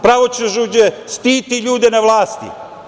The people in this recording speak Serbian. Pravosuđe štiti ljude na vlasti.